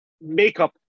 makeup